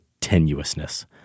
tenuousness